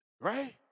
right